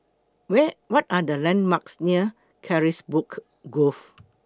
Where What Are The landmarks near Carisbrooke Grove